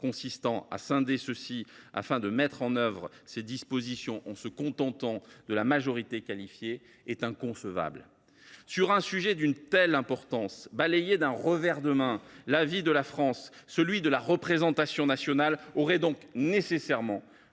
consistant à scinder ceux ci afin d’en mettre en œuvre les dispositions en se contentant de la majorité qualifiée, est inconcevable. Sur un sujet d’une telle importance, balayer d’un revers de main l’avis de la France, celui de sa représentation nationale, aurait donc nécessairement